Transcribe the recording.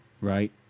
right